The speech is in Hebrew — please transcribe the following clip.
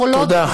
יכולות,